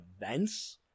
events